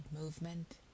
movement